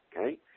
okay